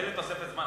מילא תוספת זמן,